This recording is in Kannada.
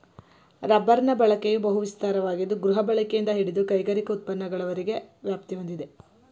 ರಬ್ಬರ್ನ ಬಳಕೆಯು ಬಹು ವಿಸ್ತಾರವಾಗಿದ್ದು ಗೃಹಬಳಕೆಯಿಂದ ಹಿಡಿದು ಕೈಗಾರಿಕಾ ಉತ್ಪನ್ನಗಳವರೆಗಿನ ವ್ಯಾಪ್ತಿ ಹೊಂದಿದೆ